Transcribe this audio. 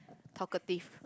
talkative